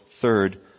third